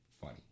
funny